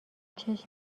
چشم